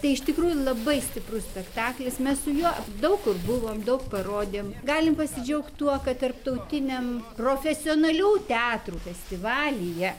tai iš tikrųjų labai stiprus spektaklis mes su juo daug kur buvom daug parodėm galim pasidžiaugt tuo kad tarptautiniam profesionalių teatrų festivalyje